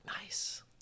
Nice